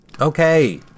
Okay